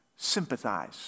Sympathize